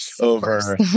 over